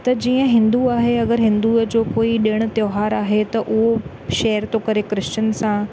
त जीअं हिंदू आहे अगरि हिंदूअ जो कोई ॾिण त्योहार आहे त उहो शेयर थो करे क्रिशचन सां